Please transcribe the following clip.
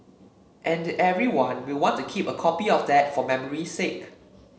and everyone will want to keep a copy of that for memory's sake